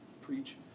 preach